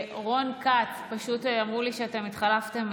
רון כץ, פשוט אמרו לי שאתם התחלפתם,